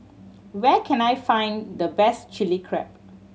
where can I find the best Chili Crab